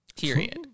period